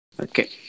Okay